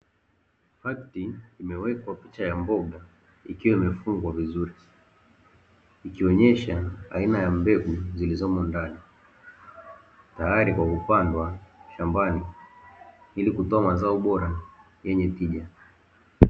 Pakiti imewekwa picha ya mboga ikiwa imefungwa vizuri, ikionesha aina ya mbegu zilizomo ndani, tayari kwa kupandwa shambani ili kutoa mazao bora yenye tija.